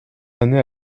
années